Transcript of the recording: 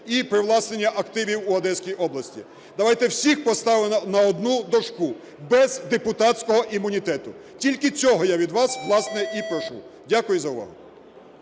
і привласнення активів в Одеській області. Давайте всіх поставимо на одну дошку, без депутатського імунітету, тільки цього я від вас, власне, і прошу. Дякую за увагу.